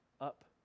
up